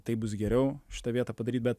taip bus geriau šitą vietą padaryt bet